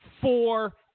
four